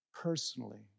Personally